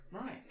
right